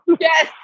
Yes